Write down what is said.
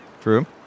True